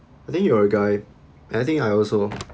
I think you're a guy and I think I also